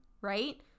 right